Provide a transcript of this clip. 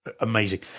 amazing